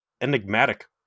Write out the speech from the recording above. enigmatic